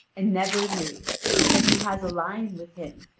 and never knew but he has a lion with him,